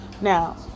Now